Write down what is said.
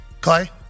Clay